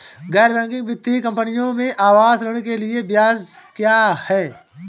गैर बैंकिंग वित्तीय कंपनियों में आवास ऋण के लिए ब्याज क्या है?